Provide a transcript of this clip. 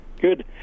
Good